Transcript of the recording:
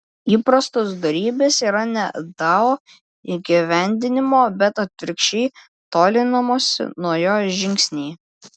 įprastos dorybės yra ne dao įgyvendinimo bet atvirkščiai tolinimosi nuo jo žingsniai